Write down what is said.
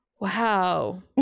wow